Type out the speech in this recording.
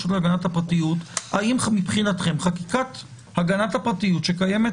האם מבחינתכם חקיקת הגנת הפרטיות שקיימת